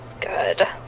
good